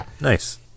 Nice